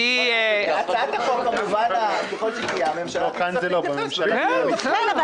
הצעת החוק, ככל שתהיה, הממשלה תצטרך להתייחס אליה.